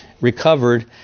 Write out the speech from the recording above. recovered